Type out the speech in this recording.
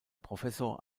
professor